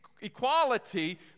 equality